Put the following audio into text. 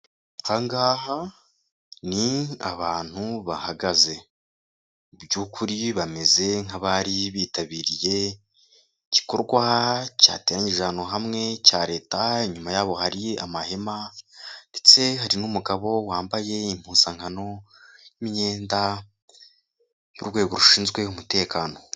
Aha ngaha ni abantu bahagaze. Mu by'ukuri bameze nk'abari bitabiriye igikorwa cyateranyije abantu hamwe cya leta, inyuma yabo hari amahema, ndetse hari n'umugabo wambaye impuzankano y'imyenda yo mu rwego rushinzwe umutekano.